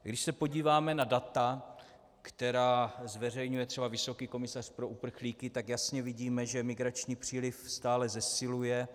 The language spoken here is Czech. Když se podíváme na data, která zveřejňuje třeba vysoký komisař pro uprchlíky, tak jasně vidíme, že migrační příliv stále zesiluje.